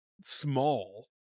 small